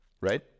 Right